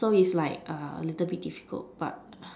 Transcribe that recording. so it's like a little bit difficult but